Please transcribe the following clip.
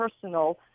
personal